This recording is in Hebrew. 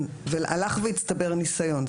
והלך והצטבר ניסיון.